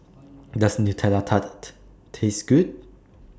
Does Nutella Tart Taste Good